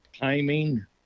Timing